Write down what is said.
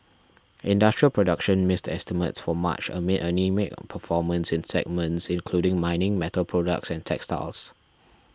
industrial production missed estimates for March amid anaemic performance in segments including mining metal products and textiles